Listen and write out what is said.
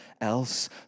else